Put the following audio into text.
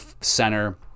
center